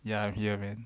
ya I'm here man